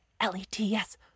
L-E-T-S